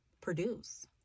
produce